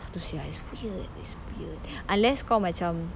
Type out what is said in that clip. how to say ah it's weird it's weird unless kau macam